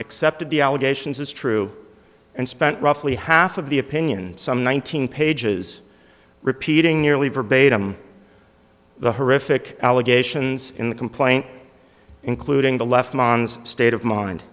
accepted the allegations is true and spent roughly half of the opinion some one thousand pages repeating nearly verbatim the horrific allegations in the complaint including the left mon's state of mind